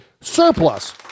surplus